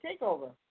takeover